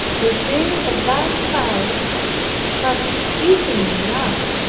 the zeal of thine house hath eaten me up.